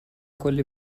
کلی